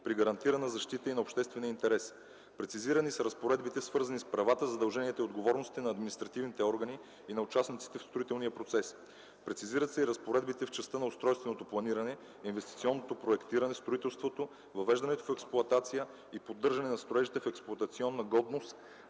при гарантирана защита и на обществения интерес. Прецизирани са разпоредбите, свързани с правата, задълженията и отговорностите на административните органи и на участниците в строителния процес. Прецизират се и разпоредбите в частта на устройственото планиране, инвестиционното проектиране, строителството, въвеждането в експлоатация и поддържане на строежите в експлоатационна годност,